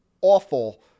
awful